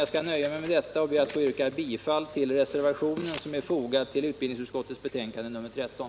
Jag skall nöja mig med detta och ber att få yrka bifall till den reservation som är fogad till utbildningsutskottets betänkande nr 13.